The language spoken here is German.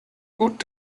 gut